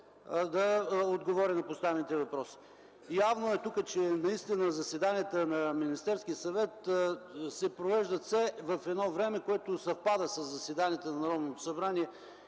да отговори на поставените въпроси. Явно е, че заседанията на Министерския съвет се провеждат все във време, което съвпада със заседанията на Народното събрание